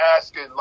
asking